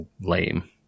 lame